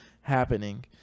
happening